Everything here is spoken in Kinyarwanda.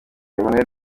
emmanuel